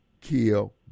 kill